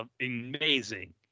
amazing